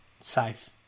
safe